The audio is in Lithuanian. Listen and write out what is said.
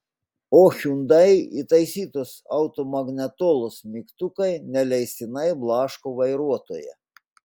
o hyundai įtaisytos automagnetolos mygtukai neleistinai blaško vairuotoją